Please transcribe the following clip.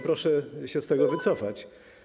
Proszę się z tego wycofać.